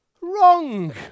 wrong